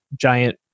giant